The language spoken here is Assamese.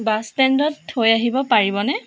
বাছ ষ্টেণ্ডত থৈ আহিব পাৰিবনে